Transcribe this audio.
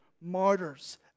martyrs